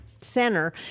center